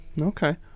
Okay